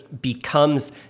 becomes